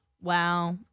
Wow